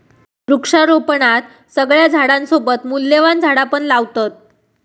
वृक्षारोपणात सगळ्या झाडांसोबत मूल्यवान झाडा पण लावतत